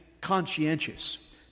conscientious